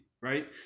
right